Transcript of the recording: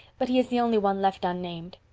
but he is the only one left unnamed.